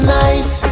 nice